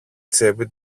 τσέπη